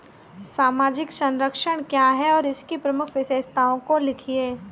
सामाजिक संरक्षण क्या है और इसकी प्रमुख विशेषताओं को लिखिए?